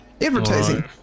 advertising